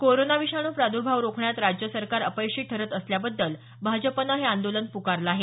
corona विषाणू प्रादुर्भाव रोखण्यात राज्य सरकार अपयशी ठरत असल्याबद्दल भाजपने हे आंदोलन पुकारलं आहे